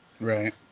Right